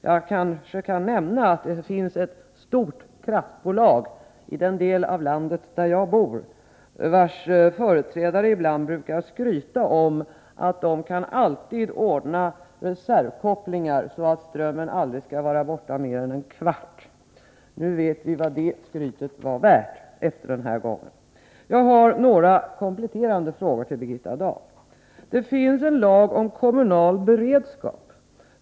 Jag kan nämna att det finns ett stort kraftbolag i den del av landet där jag bor, vars företrädare ibland brukar skryta med att de alltid kan ordna reservkopplingar så att strömmen aldrig skall vara borta mer än en kvart. Nu vet vi vad det skrytet var värt. Jag har några kompletterande frågor till Birgitta Dahl. Det finns en lag om kommunal beredskap.